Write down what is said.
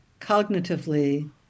cognitively